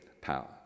power